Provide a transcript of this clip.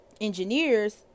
engineers